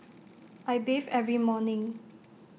I bathe every morning